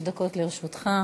חמש דקות לרשותך.